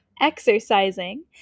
exercising